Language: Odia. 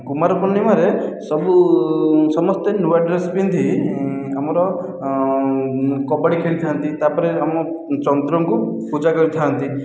କୁମାର ପୂର୍ଣ୍ଣିମାରେ ସବୁ ସମସ୍ତେ ନୂଆ ଡ୍ରେସ ପିନ୍ଧି ଆମର କବାଡ଼ି ଖେଳିଥାନ୍ତି ତା'ପରେ ଆମ ଚନ୍ଦ୍ରଙ୍କୁ ପୂଜା କରିଥାନ୍ତି